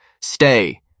stay